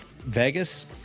Vegas